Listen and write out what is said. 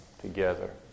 together